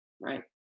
right